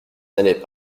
n’allait